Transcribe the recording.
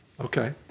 Okay